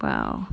!wow!